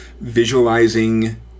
visualizing